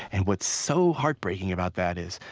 and what's so heartbreaking about that is,